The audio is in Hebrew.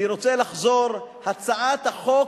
אני רוצה לחזור: הצעת החוק,